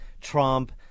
Trump